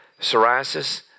psoriasis